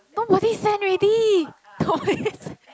nobody send already got meh send